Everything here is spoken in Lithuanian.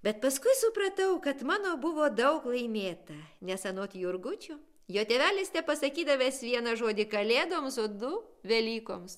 bet paskui supratau kad mano buvo daug laimėta nes anot jurgučio jo tėvelis tepasakydavęs vieną žodį kalėdoms o du velykoms